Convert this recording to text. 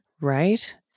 right